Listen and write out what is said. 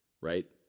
right